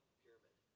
pyramid